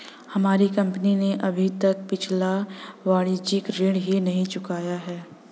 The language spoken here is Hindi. हमारी कंपनी ने अभी तक पिछला वाणिज्यिक ऋण ही नहीं चुकाया है